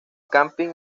camping